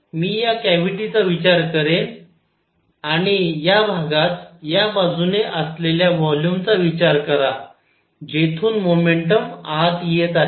मी या कॅव्हिटीचा विचार करेन आणि या भागात ह्या बाजूने असलेल्या व्हॉल्युम चा विचार करा जेथून मोमेंटम आत येत आहे